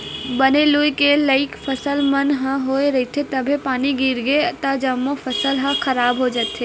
बने लूए के लइक फसल मन ह होए रहिथे तभे पानी गिरगे त जम्मो फसल ह खराब हो जाथे